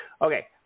okay